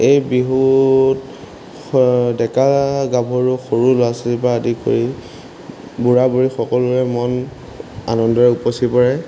এই বিহুত ডেকা গাভৰু সৰু ল'ৰা ছোৱালীৰ পৰা আদি কৰি বুঢ়া বুঢ়ীৰ সকলোৰে মন আনন্দৰে উপচি পৰে